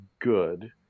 good